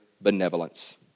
benevolence